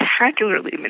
spectacularly